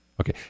Okay